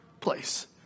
place